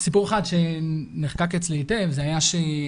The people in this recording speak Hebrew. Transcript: סיפור אחד שנחקק אצלי היטב היה כשעמדתי,